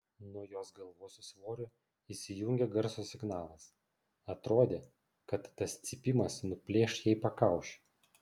nuo jos galvos svorio įsijungė garso signalas atrodė kad tas cypimas nuplėš jai pakaušį